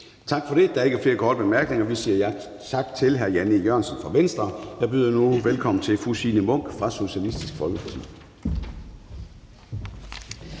Tak for det. Der er ikke flere korte bemærkninger. Vi siger tak til hr. Jan E. Jørgensen fra Venstre. Jeg byder nu velkommen til fru Signe Munk fra Socialistisk Folkeparti.